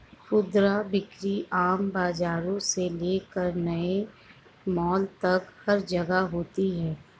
खुदरा बिक्री आम बाजारों से लेकर नए मॉल तक हर जगह होती है